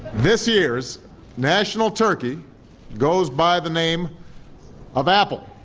this year's national turkey goes by the name of apple,